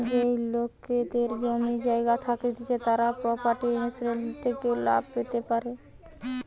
যেই লোকেদের জমি জায়গা থাকতিছে তারা প্রপার্টি ইন্সুরেন্স থেকে লাভ পেতে পারে